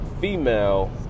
female